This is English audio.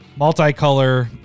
Multicolor